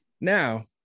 Now